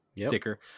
sticker